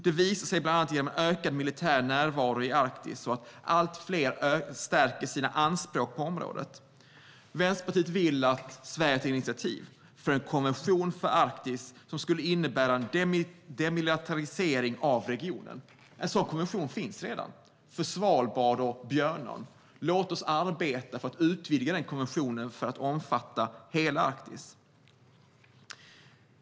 Det visar sig bland annat genom en ökad militär närvaro i Arktis och att allt fler ökar sina anspråk på området. Vänsterpartiet vill att Sverige tar initiativ till en konvention för Arktis, som skulle en innebära en demilitarisering av regionen. En sådan konvention finns redan för Svalbard och Björnön. Låt oss arbeta för att utvidga denna konvention till att omfatta hela Arktis.